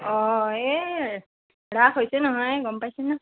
অঁ এই ৰাস হৈছে নহয় গম পাইছেনে